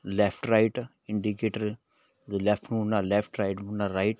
left right indicator ਜੇ left ਮੁੜਣਾ left right ਮੁੜਣਾ ਰਾਈਟ